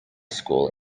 school